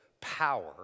power